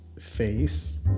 face